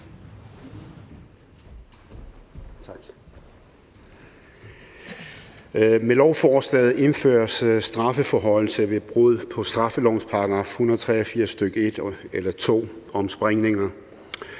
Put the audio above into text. Med lovforslaget indføres strafforhøjelse ved brud på straffelovens § 183, stk. 1 eller 2, om sprængninger,